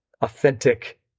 authentic